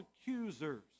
accusers